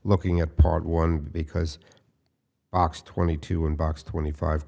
looking at part one because box twenty two in box twenty five